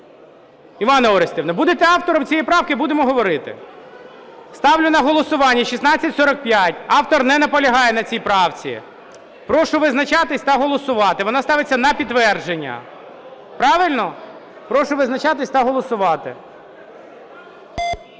Іванно Орестівно. Будете автором цієї правки, будемо говорити. Ставлю на голосування 1645. Автор не наполягає на цій правці. Прошу визначатись та голосувати. Вона ставиться на підтвердження. Правильно? Прошу визначатись та голосувати.